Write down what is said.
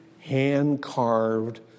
hand-carved